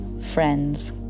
friends